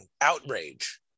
outrage